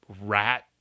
rat